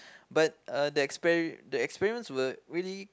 but uh the experi~ the experiments were really